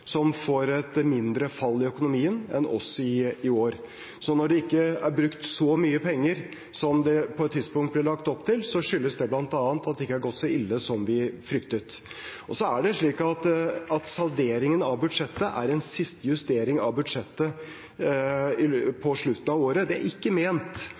som får et mindre fall i økonomien enn oss i år. Når det ikke er brukt så mye penger som det på et tidspunkt ble lagt opp til, skyldes det bl.a. at det ikke er gått så ille som vi fryktet. Så er salderingen av budsjettet en siste justering av budsjettet på slutten av året. Det er ikke ment